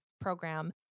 program